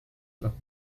vin